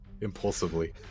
impulsively